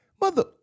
Mother